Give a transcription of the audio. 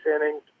innings